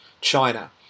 China